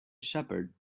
shepherd